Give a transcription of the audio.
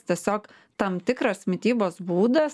tiesiog tam tikras mitybos būdas